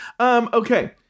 Okay